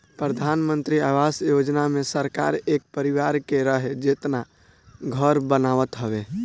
प्रधानमंत्री आवास योजना मे सरकार एक परिवार के रहे जेतना घर बनावत हवे